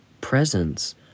presence